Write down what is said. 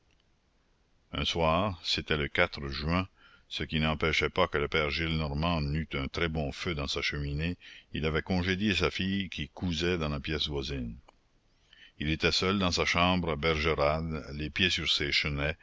un soir c'était le juin ce qui n'empêchait pas que le père gillenormand n'eût un très bon feu dans sa cheminée il avait congédié sa fille qui cousait dans la pièce voisine il était seul dans sa chambre à bergerades les pieds sur ses